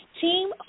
Team